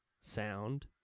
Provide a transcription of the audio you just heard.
sound